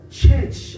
church